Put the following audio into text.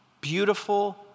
beautiful